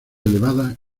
elevada